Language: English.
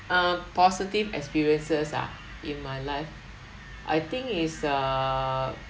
uh positive experiences ah in my life I think is err